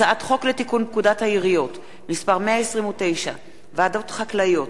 הצעת חוק לתיקון פקודת העיריות (מס' 129) (ועדות חקלאיות),